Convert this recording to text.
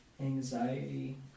Anxiety